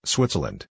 Switzerland